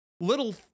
little